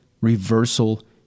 reversal